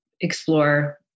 explore